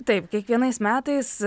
taip kiekvienais metais